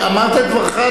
אמרת את דברך,